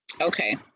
Okay